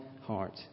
heart